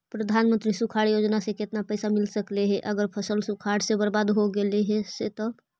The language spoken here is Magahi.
प्रधानमंत्री सुखाड़ योजना से केतना पैसा मिल सकले हे अगर फसल सुखाड़ से बर्बाद हो गेले से तब?